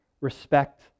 respect